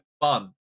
fun